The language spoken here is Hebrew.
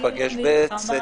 10:55 ונתחדשה